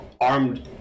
armed